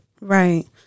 Right